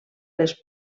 les